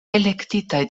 elektitaj